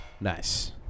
Nice